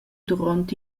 duront